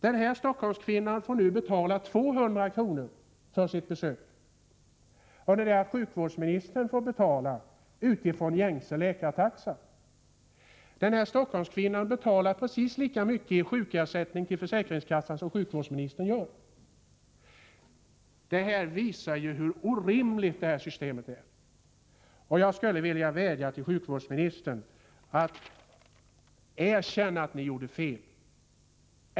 Denna Stockholmskvinna får nu betala 200 kr. för sitt besök, under det att sjukvårdsministern får betala utifrån gängse läkartaxa. Den här Stockholmskvinnan betalar precis lika mycket i sjukersättning till försäkringskassan som sjukvårdsministern gör. Detta visar hur orimligt det här systemet är. Jag skulle vilja vädja till sjukvårdsministern att ni erkänner att ni gjorde fel.